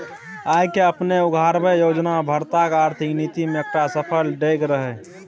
आय केँ अपने उघारब योजना भारतक आर्थिक नीति मे एकटा सफल डेग रहय